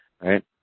right